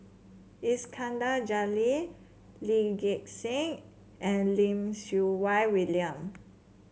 Iskandar Jalil Lee Gek Seng and Lim Siew Wai William